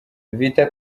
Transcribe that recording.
vita